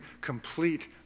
complete